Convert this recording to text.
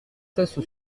cesse